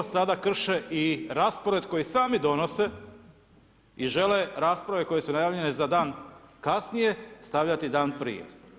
Sada krše i raspored koji sami donose i žele rasprave koje su najavljene za dan kasnije, stavljati dan prije.